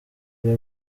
aba